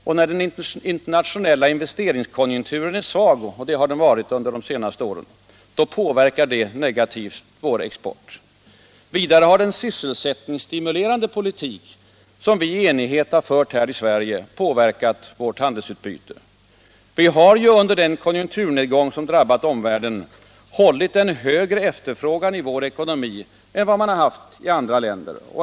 Och när den internationella investeringskonjunkturen är svag — och det har den varit under de senaste åren — påverkar detta negativt vår export. Vidare har den sysselsättningsstimulerande politik som vi i enighet har fört i Sverige påverkat vårt handelsutbyte. Vi har ju under den konjunkturnedgång som drabbat omvärlden hållit en högre efterfrågan i vår ekonomi än man har haft i andra länder.